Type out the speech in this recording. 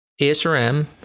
ASRM